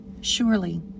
Surely